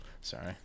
sorry